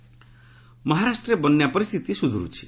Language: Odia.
ରେନ୍ ମହାରାଷ୍ଟ୍ରରେ ବନ୍ୟା ପରିସ୍ଥିତି ସୁଧୁରିଛି